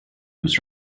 was